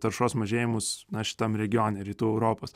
taršos mažėjimus na šitam regione rytų europos